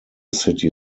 city